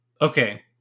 Okay